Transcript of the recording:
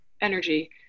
energy